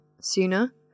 sooner